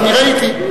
אני ראיתי.